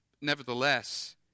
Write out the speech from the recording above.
Nevertheless